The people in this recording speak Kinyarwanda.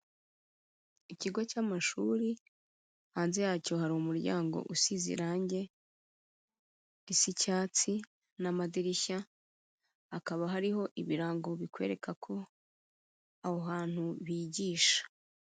Ikigo cy'amashuri hanze yacyo hari umuryango usize irangi risa icyatsi n'amadirishya hakaba hariho ibirango bikwereka ko aho hantu bigisha.